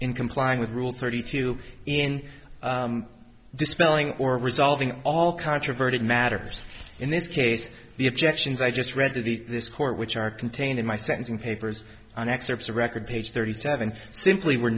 in complying with rule thirty two in dispelling or resolving all controverted matters in this case the objections i just read to the this court which are contained in my sentencing papers on excerpts of record page thirty seven simply were